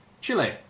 Chile